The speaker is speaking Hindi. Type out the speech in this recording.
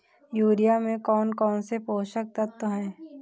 यूरिया में कौन कौन से पोषक तत्व है?